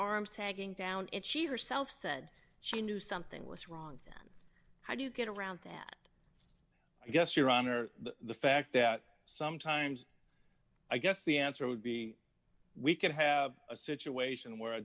arms tagging down if she herself said she knew something was wrong how do you get around that i guess your honor the fact that sometimes i guess the answer would be we can have a situation where a